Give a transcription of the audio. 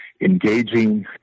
engaging